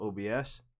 obs